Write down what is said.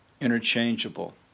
interchangeable